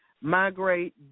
migrate